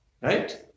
Right